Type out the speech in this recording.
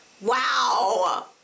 Wow